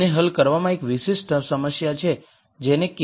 આને હલ કરવામાં એક વિશિષ્ટ સમસ્યા છે જેને કે